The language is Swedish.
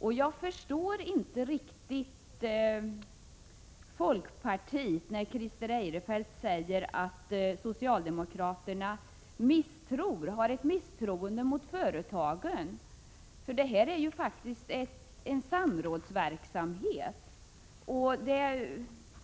Jag förstår inte riktigt folkpartiet när Christer Eirefelt säger att socialdemokraterna misstror företagen. Det handlar ju om en samrådsverksamhet.